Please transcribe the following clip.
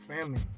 Family